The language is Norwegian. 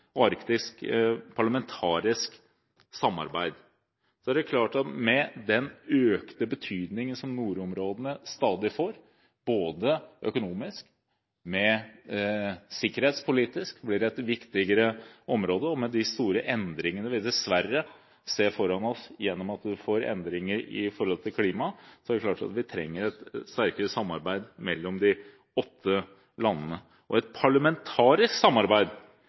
arktisk parlamentarisk samarbeid, er det klart at med den økte betydningen som nordområdene stadig får økonomisk og sikkerhetspolitisk, blir det et viktigere område. Med de store endringene vi dessverre ser foran oss gjennom endringer i klimaet, trenger vi et sterkere samarbeid mellom de åtte landene. Et parlamentarisk samarbeid kan ha en viktig og betydelig effekt fordi man trenger å ha flere kontaktpunkter mellom de ulike landene.